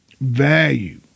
value